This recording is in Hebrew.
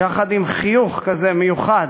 יחד עם חיוך כזה מיוחד,